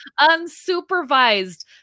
unsupervised